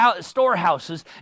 storehouses